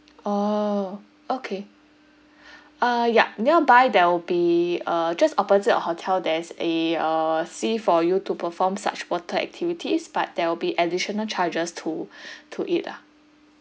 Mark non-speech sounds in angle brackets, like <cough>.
orh okay <breath> uh yup nearby there'll be uh just opposite the hotel there is a uh sea for you to perform such water activities but there will be additional charges to to it lah